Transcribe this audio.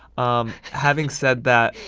um having said that,